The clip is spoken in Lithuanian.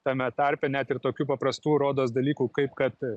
tame tarpe net ir tokių paprastų rodos dalykų kaip kad